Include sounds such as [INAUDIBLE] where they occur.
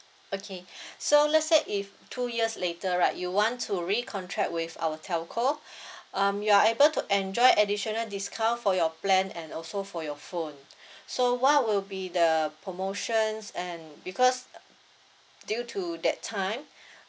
okay [BREATH] so let's say if two years later right you want to recontract with our telco [BREATH] um you are able to enjoy additional discount for your plan and also for your phone so what will be the promotions and because uh due to that time